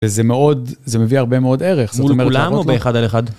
וזה מאוד, זה מביא הרבה מאוד ערך, זאת אומרת... מול כולם או באחד על אחד?